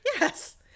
Yes